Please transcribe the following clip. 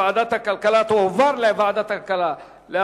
אנחנו